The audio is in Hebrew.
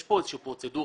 יש כאן איזושהי פרוצדורה.